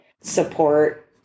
support